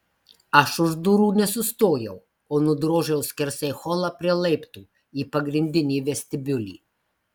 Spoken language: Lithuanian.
aš už durų nesustojau o nudrožiau skersai holą prie laiptų į pagrindinį vestibiulį